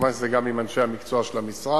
כמובן זה גם עם אנשי המקצוע של המשרד,